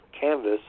canvas